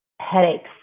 headaches